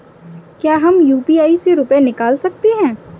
क्या हम यू.पी.आई से रुपये निकाल सकते हैं?